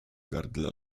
gardle